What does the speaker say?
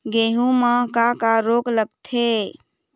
गेहूं म का का रोग लगथे?